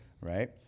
Right